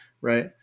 right